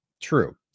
True